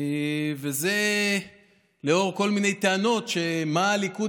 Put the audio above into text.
וזה לאור כל מיני טענות על מה שהליכוד